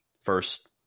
first